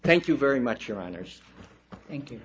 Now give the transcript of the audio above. thank you very much your honour's thank you